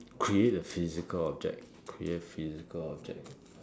create a physical object create a physical object